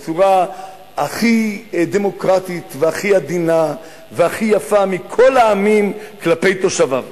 בצורה הכי דמוקרטית והכי עדינה והכי יפה מכל העמים כלפי תושביו.